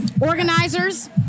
organizers